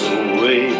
away